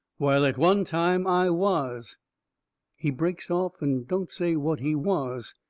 while at one time i was he breaks off and don't say what he was.